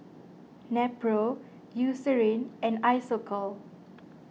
Nepro Eucerin and Isocal